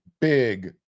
big